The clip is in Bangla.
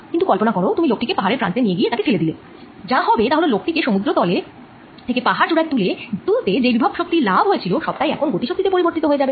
কিন্তু কল্পনা করো তুমি লোক টি কে পাহাড়ের প্রান্তে নিয়ে গিয়ে তাকে ফেলে দিলে যা হবে টা হল লোক টি কে সমুদ্র তলে থেকে পাহাড় চুড়ায় তুলে যেই বিভব শক্তি লাভ হয়েছিল সবটাই এখন গতি শক্তি তে পরিবর্তিত হয়ে যাবে